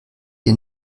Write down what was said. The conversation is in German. ihr